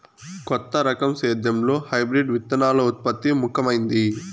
కొత్త రకం సేద్యంలో హైబ్రిడ్ విత్తనాల ఉత్పత్తి ముఖమైంది